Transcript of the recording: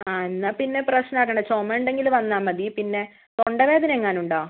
ആ എന്നാൽ പിന്നെ പ്രശ്നം ആക്കേണ്ട ചുമയുണ്ടെങ്കിൽ വന്നാൽ മതി പിന്നെ തൊണ്ടവേദന എങ്ങാനും ഉണ്ടോ